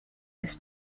this